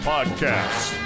Podcasts